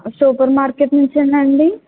super market నుంచేనా అండి